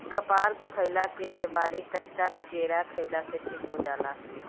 कपार दुखइला के बेमारी कच्चा केरा खइला से ठीक हो जाला